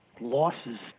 losses